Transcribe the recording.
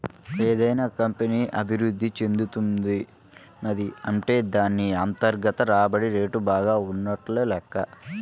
ఏదైనా కంపెనీ అభిరుద్ధి చెందుతున్నది అంటే దాన్ని అంతర్గత రాబడి రేటు బాగా ఉన్నట్లు లెక్క